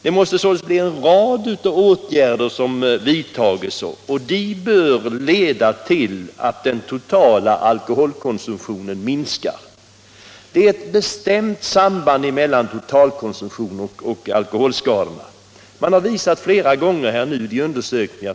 Det är alltså en rad åtgärder som måste vidtas, och de bör leda till att den totala alkoholkomsumtionen minskar. Det är ett bestämt samband mellan totalkonsumtion och alkoholskador.